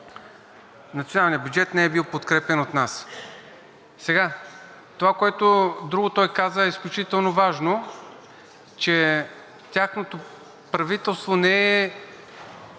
Националният бюджет не е бил подкрепян от нас. Другото, което той каза, е изключително важно, че тяхното правителство не е